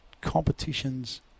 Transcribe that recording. competitions